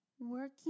working